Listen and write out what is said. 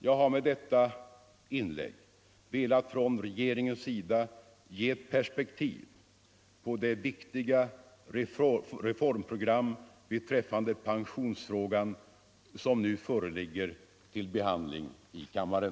Jag har med detta inlägg velat från regeringens sida ge ett perspektiv på det viktiga reformprogram beträffande pensionsfrågan som nu föreligger till behandling i kammaren.